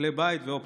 כלי בית ואופטיקה.